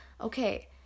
okay